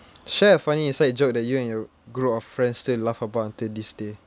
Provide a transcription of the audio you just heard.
share a funny inside joke that you and your group of friends still laugh about until this day